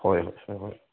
ꯍꯣꯏ ꯍꯣꯏ ꯍꯣꯏ ꯍꯣꯏ